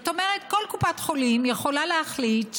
זאת אומרת, כל קופת חולים יכולה להחליט שהיא,